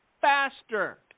faster